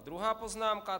Druhá poznámka.